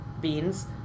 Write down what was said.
beans